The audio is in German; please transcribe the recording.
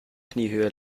kniehöhe